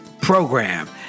program